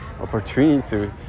opportunity